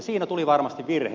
siinä tuli varmasti virhe